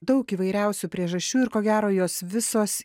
daug įvairiausių priežasčių ir ko gero jos visos